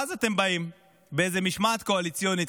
ואז אתם באים באיזה משמעת קואליציונית,